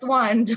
one